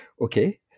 Okay